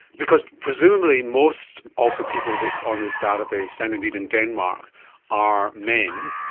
because presumably most of the people on this database and indeed in denmark are men,